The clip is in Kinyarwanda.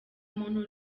muntu